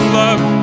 love